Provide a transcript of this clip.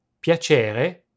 Piacere